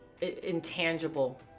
intangible